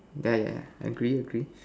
yeah yeah yeah agree agree